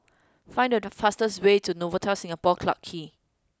find the fastest way to Novotel Singapore Clarke Quay